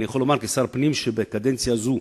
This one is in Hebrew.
אני יכול לומר כשר הפנים שבקדנציה זו,